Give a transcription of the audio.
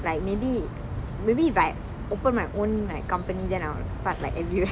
like maybe maybe if I open my own like company then I will start like every where